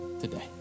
today